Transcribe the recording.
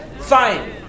fine